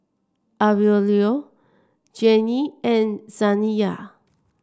Aurelio Jennie and Zaniyah